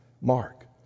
Mark